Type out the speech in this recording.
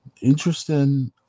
interesting